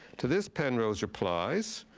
to this, penrose replies